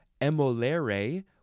emolere